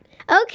okay